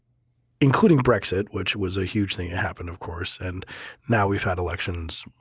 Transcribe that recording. including brexit, which was a huge thing that happened of course and now we've had elections,